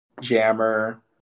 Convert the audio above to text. Jammer